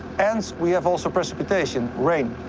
and we have also precipitation rain.